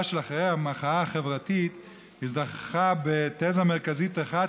שאחרי המחאה החברתית הזדככה בתזה מרכזית אחת,